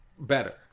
Better